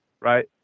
right